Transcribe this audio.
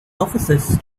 officers